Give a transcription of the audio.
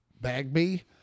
bagby